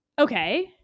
Okay